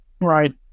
Right